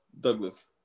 Douglas